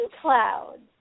clouds